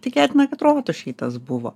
tikėtina kad rotušėj tas buvo